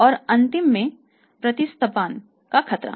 और अंतिम में प्रतिस्थापन का खतरा